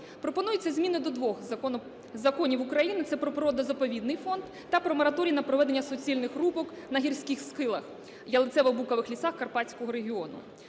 Пропонуються зміни до двох законів України - це про Природо-заповідний фонд та мораторій на проведення суцільних рубок на гірських схилах ялицево-букових лісах Карпатського регіону.